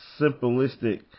simplistic